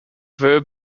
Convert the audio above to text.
verb